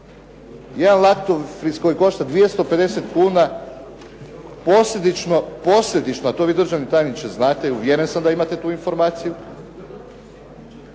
Jedan laktofriz koji košta 250 kuna, posljedično, a to vi državni tajniče znate, uvjeren sam da imate tu informaciju,